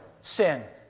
sin